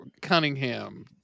Cunningham